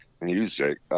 music